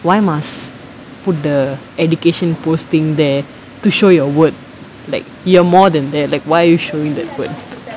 why must put the education posting there to show your worth like you are more than that like why are you showing that could